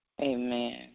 Amen